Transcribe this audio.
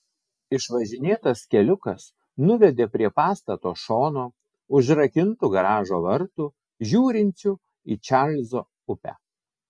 išvažinėtas keliukas nuvedė prie pastato šono užrakintų garažo vartų žiūrinčių į čarlzo upę